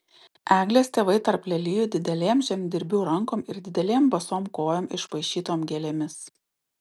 eglės tėvai tarp lelijų didelėm žemdirbių rankom ir didelėm basom kojom išpaišytom gėlėmis